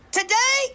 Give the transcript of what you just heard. today